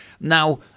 Now